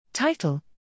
Title